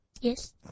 Yes